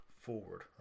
forward